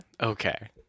Okay